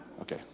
Okay